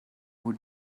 who